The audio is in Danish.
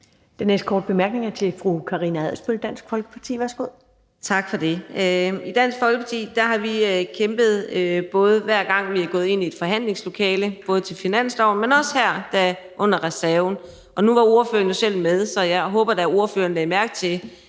Den næste korte bemærkning er til fru Karina Adsbøl, Dansk Folkeparti. Værsgo. Kl. 20:01 Karina Adsbøl (DF): Tak for det. I Dansk Folkeparti har vi kæmpet, hver gang vi er gået ind i et forhandlingslokale, både til forhandlinger om finansloven, men også her om reserven. Nu var ordføreren jo selv med, så jeg håber da, at ordføreren lagde mærke til,